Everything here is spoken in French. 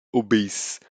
obéissent